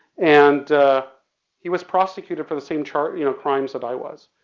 and he was prosecuted for the same charge, you know crimes that i was.